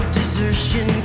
desertion